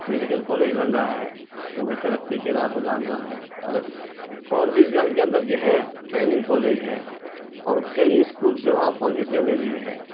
medical college بن رہا ہے وہ بھی ترقی کے راہ پہ گامزن ہے اور فوربیس گنج کے اندر جو ہے ٹریننگ کالج ہے اور کئی اسکولس وہاں فوربیس گنج میں بھی ہے